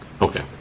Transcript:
Okay